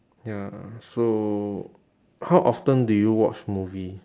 ya so how often do you watch movie